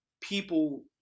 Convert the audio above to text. people